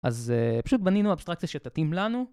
אז פשוט בנינו אבסטרקציה שתתאים לנו